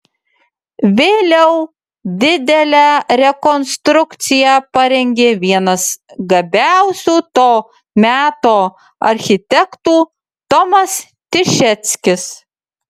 vėliau didelę rekonstrukciją parengė vienas gabiausių to meto architektų tomas tišeckis